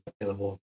available